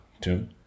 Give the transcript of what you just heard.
Two